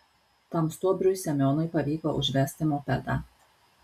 tam stuobriui semionui pavyko užvesti mopedą